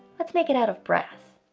let's make it out of brass.